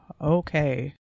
okay